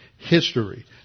History